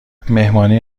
مهمانی